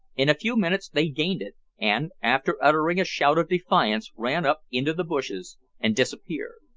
in a few minutes they gained it, and, after uttering a shout of defiance, ran up into the bushes and disappeared.